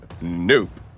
Nope